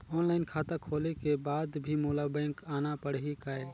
Online खाता खोले के बाद भी मोला बैंक आना पड़ही काय?